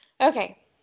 Okay